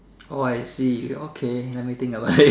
oh I see okay let me think about it